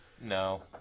No